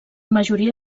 majoria